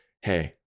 hey